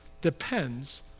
depends